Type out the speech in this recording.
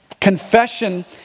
confession